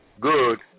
good